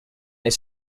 they